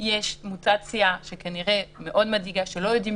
יש מוטציה מאוד מדאיגה שעוד לא יודעים